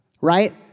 right